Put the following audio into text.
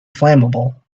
flammable